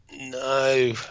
No